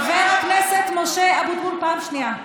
חבר הכנסת משה אבוטבול, פעם שנייה.